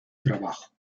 trabajo